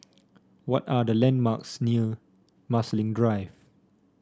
what are the landmarks near Marsiling Drive